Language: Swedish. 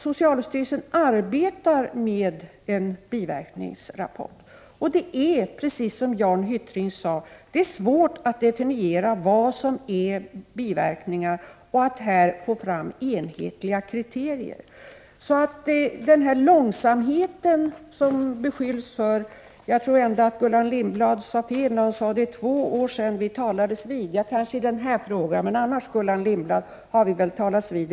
Socialstyrelsen arbetar med en biverkningsrapport, och det är, som Jan Hyttring sade, svårt att definiera vad som är biverkningar och att få fram enhetliga kriterier. Vi beskylls för långsamhet. Jag tror att Gullan Lindblad har fel när hon sade att det är två år sedan vi talades vid. Ja, kanske i den här frågan, men annars har vi väl talats vid i många sammanhang, Gullan Lindblad!